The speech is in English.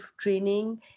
training